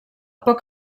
poc